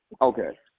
Okay